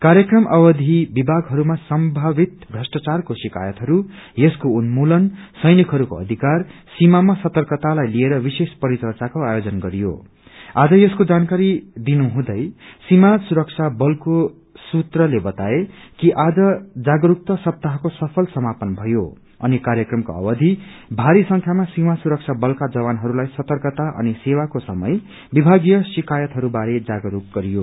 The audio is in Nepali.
कार्यक्रम अवधि विभागहरूमा संभावित भ्रष्ट्राचारको शिकायतहरू यसको अन्मूलन सेनिकहस्कको अधिकर सीामामा सर्तकतालाई लिएर विशेष परिचच्यको आयोजन हुँदै सीमा सुरक्षा बलको सुत्रले बताए कि आज जागरूकता सप्ताहको सफल समापन भयो अनि कार्यक्रमको अवधि भारी संख्यामा सीामा सुरक्षा बलका जवानहरूलाई सर्तकता अनि सेवाको समय विभागीय शिकायतहरू बारे जागरूकता गरियो